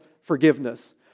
forgiveness